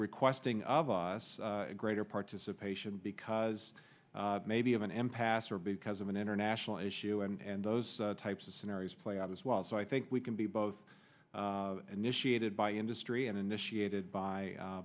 requesting of us greater participation because maybe of an impasse or because of an international issue and those types of scenarios play out as well as i think we can be both initiated by industry and initiated by